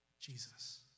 Jesus